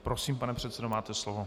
Prosím, pane předsedo, máte slovo.